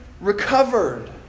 recovered